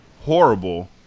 horrible